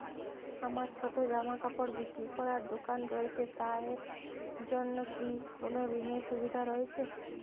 আমার ছোটো জামাকাপড় বিক্রি করার দোকান রয়েছে তা এর জন্য কি কোনো ঋণের সুবিধে রয়েছে?